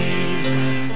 Jesus